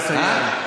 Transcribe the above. נא לסיים.